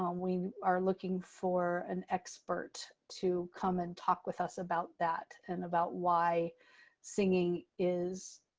um we are looking for an expert to come and talk with us about that and about why singing is